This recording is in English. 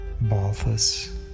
Balthus